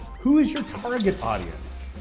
who's your target audience?